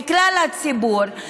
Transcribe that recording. לכלל הציבור,